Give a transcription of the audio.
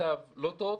במצב לא טוב.